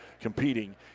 competing